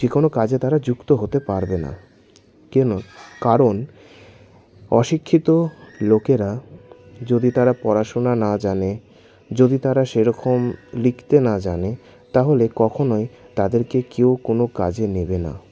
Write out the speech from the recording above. যে কোনো কাজে তারা যুক্ত হতে পারবে না কেন কারণ অশিক্ষিত লোকেরা যদি তারা পড়াশোনা না জানে যদি তারা সেরকম লিখতে না জানে তাহলে কখনই তাদেরকে কেউ কোনো কাজে নেবে না